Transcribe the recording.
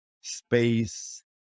space